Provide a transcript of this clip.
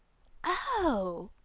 oh!